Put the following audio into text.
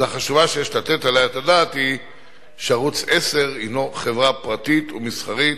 עובדה חשובה שיש לתת עליה את הדעת היא שערוץ-10 הוא חברה פרטית ומסחרית,